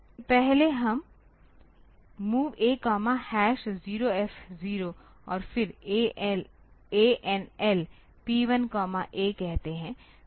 तो पहले हम MOV A 0F0 और फिर ANL P1 A कहते हैं